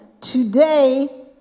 today